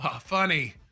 Funny